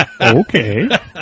Okay